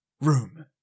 Room